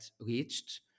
reached